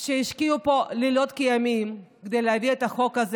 שהשקיעו פה לילות כימים כדי להביא את החוק הזה